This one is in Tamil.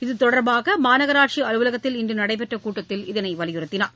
இத்தொடர்பாக மாநகராட்சி அலுவலகத்தில் இன்று நடைபெற்ற கூட்டத்தில் இதனை வலியுறுத்தினார்